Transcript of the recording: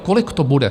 Kolik to bude?